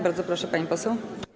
Bardzo proszę, pani poseł.